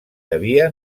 havia